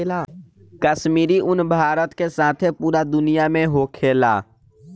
काश्मीरी उन भारत के साथे पूरा दुनिया में होखेला